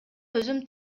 өзүм